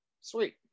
Sweet